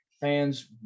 fans